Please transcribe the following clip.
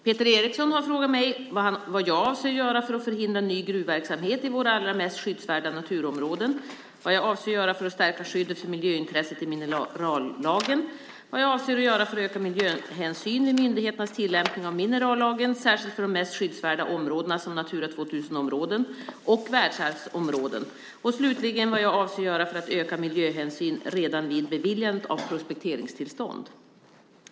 Peter Eriksson har frågat mig vad jag avser att göra för att förhindra ny gruvverksamhet i våra allra mest skyddsvärda naturområden, vad jag avser att göra för att stärka skyddet för miljöintresset i minerallagen, vad jag avser att göra för att öka miljöhänsyn vid myndigheternas tillämpning av minerallagen, särskilt för de mest skyddsvärda områdena som Natura 2000-områden och världsarvsområden och slutligen vad jag avser att göra för att öka miljöhänsyn redan vid beviljandet av prospekteringstillstånd.